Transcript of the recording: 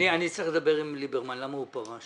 אני צריך לדבר עם ליברמן, למה הוא פרש.